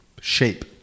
shape